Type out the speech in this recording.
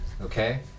Okay